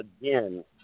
again